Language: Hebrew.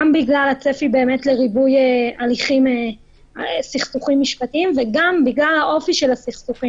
גם בגלל הצפי לריבוי סכסוכים משפטיים וגם בגלל האופי של הסכסוכים.